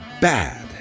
bad